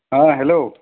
হ্যাঁ হ্যালো